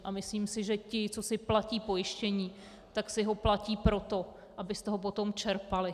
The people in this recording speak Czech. A myslím si, že ti, co si platí pojištění, tak si ho platí proto, aby z toho potom čerpali.